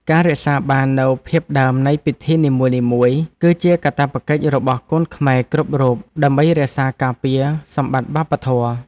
ការរក្សាបាននូវភាពដើមនៃពិធីនីមួយៗ គឺជាកាតព្វកិច្ចរបស់កូនខ្មែរគ្រប់រូបដើម្បីរក្សាការពារសម្បត្តិវប្បធម៌។